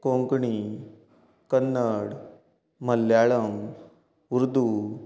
Konkani Kannada Malayalam Urdu